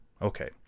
Okay